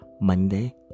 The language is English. Monday